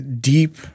deep